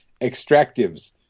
extractives